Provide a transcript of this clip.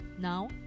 Now